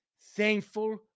thankful